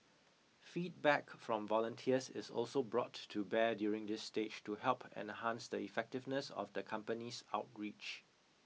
feedback from volunteers is also brought to bear during this stage to help enhance the effectiveness of the company's outreach